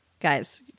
Guys